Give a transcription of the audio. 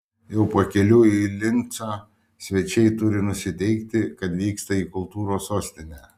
jau pakeliui į lincą svečiai turi nusiteikti kad vyksta į kultūros sostinę